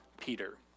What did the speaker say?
Peter